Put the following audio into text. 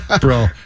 Bro